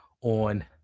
on